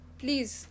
please